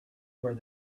where